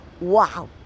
wow